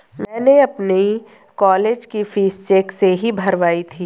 मैंने अपनी कॉलेज की फीस चेक से ही भरवाई थी